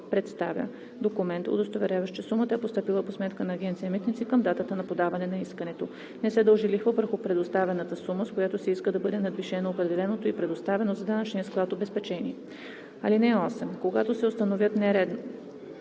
представя документ, удостоверяващ, че сумата е постъпила по сметка на Агенция „Митници“ към датата на подаване на искането. Не се дължи лихва върху предоставената сума, с която се иска да бъде надвишено определеното и предоставено за данъчния склад обезпечение. (8) Когато се установят нередовности,